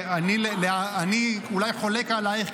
אני אולי חולק עלייך,